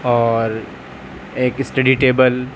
اور ایک study table